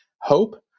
hope